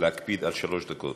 להקפיד על שלוש דקות.